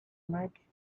much